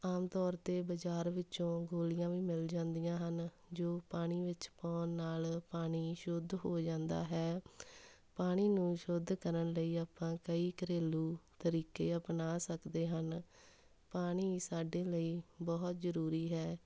ਆਮ ਤੌਰ 'ਤੇ ਬਾਜ਼ਾਰ ਵਿੱਚੋਂ ਗੋਲੀਆਂ ਵੀ ਮਿਲ ਜਾਂਦੀਆਂ ਹਨ ਜੋ ਪਾਣੀ ਵਿੱਚ ਪਾਉਣ ਨਾਲ਼ ਪਾਣੀ ਸ਼ੁੱਧ ਹੋ ਜਾਂਦਾ ਹੈ ਪਾਣੀ ਨੂੰ ਸ਼ੁੱਧ ਕਰਨ ਲਈ ਆਪਾਂ ਕਈ ਘਰੇਲੂ ਤਰੀਕੇ ਅਪਣਾ ਸਕਦੇ ਹਨ ਪਾਣੀ ਸਾਡੇ ਲਈ ਬਹੁਤ ਜ਼ਰੂਰੀ ਹੈ